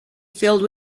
filled